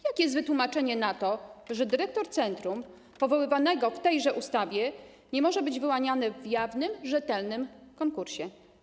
Jakie jest wytłumaczenie tego, że dyrektor centrum powoływanego w tej ustawie nie może być wyłaniany w jawnym, rzetelnym konkursie?